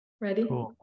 Ready